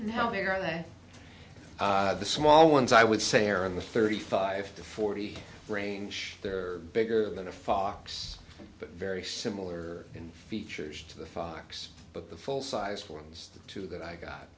now there are that the small ones i would say are in the thirty five to forty range they're bigger than a fox but very similar in features to the fox but the full sized ones the two that i got